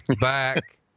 back